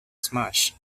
smash